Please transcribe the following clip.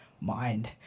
mind